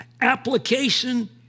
Application